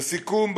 לסיכום,